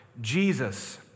Jesus